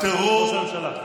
ראש הממשלה.